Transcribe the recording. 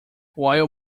while